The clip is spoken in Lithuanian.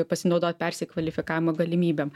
pasinaudot persikvalifikavimo galimybėm